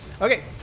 Okay